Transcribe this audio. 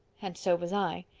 and so was i.